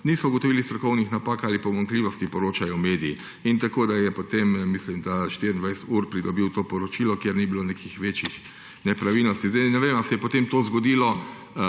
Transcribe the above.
niso ugotovili strokovnih napak ali pomanjkljivosti, poročajo mediji. Mislim, da je 24 ur potem pridobil to poročilo, kjer ni bilo nekih večjih nepravilnosti. Sedaj ne vem, ali se je potem to zgodilo